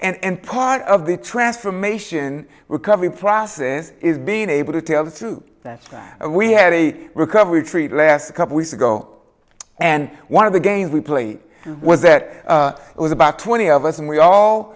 and part of the transformation recovery process is being able to tell the truth that we had a recovery treat last a couple weeks ago and one of the games we played was that it was about twenty of us and we all